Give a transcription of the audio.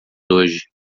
hoje